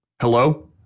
Hello